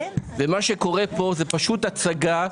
ומה שקורה פה זה פשוט הצגה,